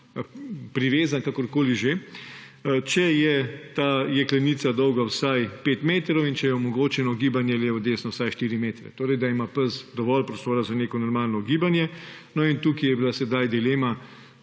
privezan, kakorkoli že, če je ta jeklenica dolga vsaj pet metrov in če je omogočeno gibanje levo, desno vsaj štiri metre, torej da ima pes dovolj prostora za neko normalno gibanje. No in tukaj je bila sedaj dilema